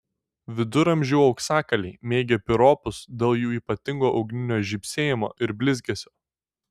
viduramžių auksakaliai mėgę piropus dėl jų ypatingo ugninio žybsėjimo ir blizgesio